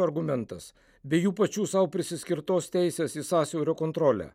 argumentas bei jų pačių sau prisiskirtos teisės į sąsiaurio kontrolę